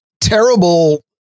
terrible